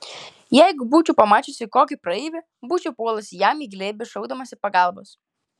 jeigu būčiau pamačiusi kokį praeivį būčiau puolusi jam į glėbį šaukdamasi pagalbos